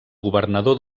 governador